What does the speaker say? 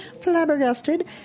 flabbergasted